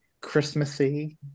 Christmassy